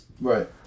Right